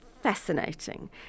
fascinating